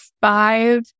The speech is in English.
five